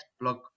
blog